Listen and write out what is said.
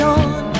on